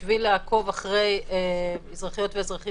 בשביל לעקוב אחרי אזרחיות ואזרחים